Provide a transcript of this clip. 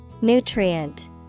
Nutrient